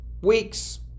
weeks